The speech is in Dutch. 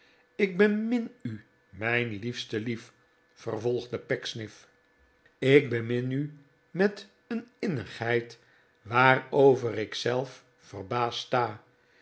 ik bemin u mijn liefste lief vervolgde pecksniff ik bemin u met een innigheid waarover ik zelf verbaasd sta